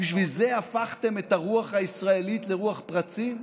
בשביל זה הפכתם את הרוח הישראלית לרוח פרצים,